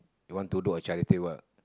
you want to do a charity work